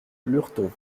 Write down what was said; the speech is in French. lurton